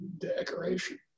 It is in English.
decoration